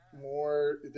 more